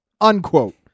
unquote